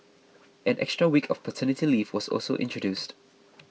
an extra week of paternity leave was also introduced